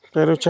Pero